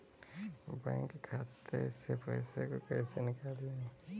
Bank खाते से पैसे को कैसे निकालें?